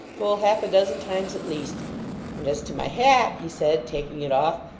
full half-a-dozen times at least and as to my hat he said, taking it off,